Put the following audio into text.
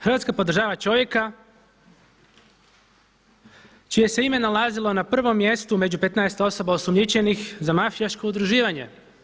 Hrvatska podržava čovjeka čije se ime nalazilo na prvom mjestu među petnaest osoba osumnjičenih za mafijaško udruživanje.